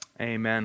Amen